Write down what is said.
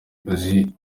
uzi